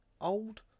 Old